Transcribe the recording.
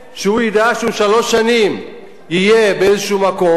הוא ידע שהוא שלוש שנים יהיה באיזשהו מקום,